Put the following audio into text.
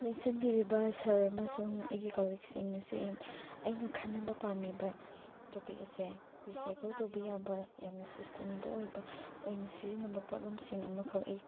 ꯂꯦꯡꯁꯤꯟꯕꯤꯔꯤꯕ sir ꯑꯃꯁꯨꯡ ꯑꯩꯒꯤ ꯀꯂꯤꯛꯁꯤꯡ ꯉꯁꯤ ꯑꯩꯅ ꯈꯟꯅꯕ ꯄꯥꯝꯃꯤꯕ ꯇꯣꯄꯤꯛ ꯑꯁꯦ ꯔꯤꯁꯥꯏꯀꯜ ꯇꯧꯕ ꯌꯥꯕ ꯌꯥꯝꯅ ꯁꯁꯇꯦꯅꯦꯕꯜ ꯑꯣꯏꯕ ꯑꯣꯏꯅ ꯁꯤꯖꯤꯟꯅꯕ ꯄꯣꯠꯂꯝꯁꯤꯡ ꯑꯃꯈꯛ ꯑꯩ